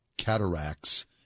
cataracts